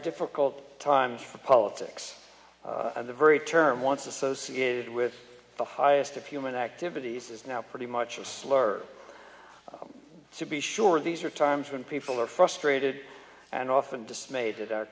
difficult times for politics and the very term once associated with the highest of human activities is now pretty much a slur to be sure these are times when people are frustrated and often dismayed at our